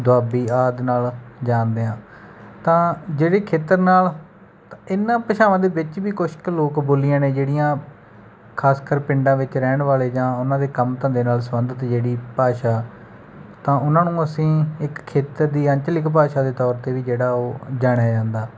ਦੁਆਬੀ ਆਦਿ ਨਾਲ ਜਾਣਦੇ ਹਾਂ ਤਾਂ ਜਿਹੜੇ ਖੇਤਰ ਨਾਲ ਤਾਂ ਇਨ੍ਹਾਂ ਭਾਸ਼ਾਵਾਂ ਦੇ ਵਿੱਚ ਵੀ ਕੁਛ ਕੁ ਲੋਕ ਬੋਲੀਆਂ ਨੇ ਜਿਹੜੀਆਂ ਖਾਸਕਰ ਪਿੰਡਾਂ ਵਿੱਚ ਰਹਿਣ ਵਾਲੇ ਜਾਂ ਉਨ੍ਹਾਂ ਦੇ ਕੰਮ ਧੰਦੇ ਨਾਲ ਸੰਬੰਧਿਤ ਜਿਹੜੀ ਭਾਸ਼ਾ ਤਾਂ ਉਨ੍ਹਾਂ ਨੂੰ ਅਸੀਂ ਇੱਕ ਖੇਤਰ ਦੀ ਆਂਚਲਿਕ ਭਾਸ਼ਾ ਦੇ ਤੌਰ 'ਤੇ ਵੀ ਜਿਹੜਾ ਉਹ ਜਾਣਿਆ ਜਾਂਦਾ